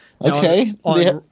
Okay